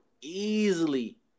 easily